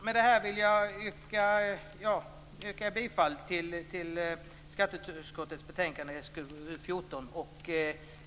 Med detta yrkar jag bifall till hemställan i skatteutskottets betänkande 1998/99:SkU14.